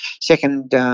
second